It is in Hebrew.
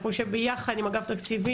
אנחנו נשב ביחד עם אגף תקציבים,